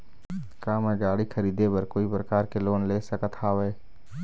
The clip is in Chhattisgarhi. का मैं गाड़ी खरीदे बर कोई प्रकार के लोन ले सकत हावे?